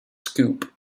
scoop